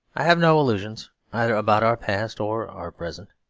i have no illusions either about our past or our present.